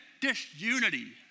disunity